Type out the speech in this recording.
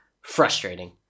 Frustrating